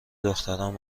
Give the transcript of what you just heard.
دخترمان